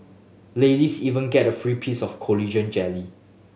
ladies even get a free piece of collagen jelly